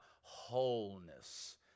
wholeness